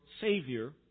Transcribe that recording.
Savior